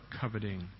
coveting